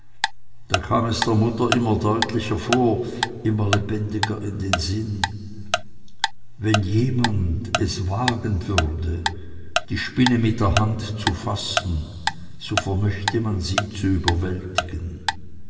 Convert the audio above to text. da kam es der mutter immer deutlicher vor immer lebendiger in den sinn wenn jemand es wagen würde die spinne mit der hand zu fassen so vermochte man sie zu überwältigen